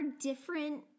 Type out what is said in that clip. different